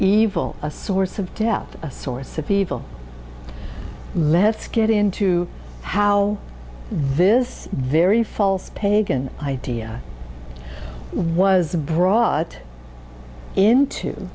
evil a source of death a source of evil let's get into how this very false pagan idea was brought into